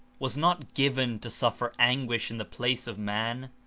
was not given to suffer anguish in the place of man,